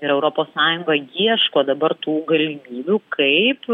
ir europos sąjunga ieško dabar tų galimybių kaip